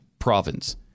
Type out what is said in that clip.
Province